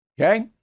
Okay